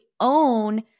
own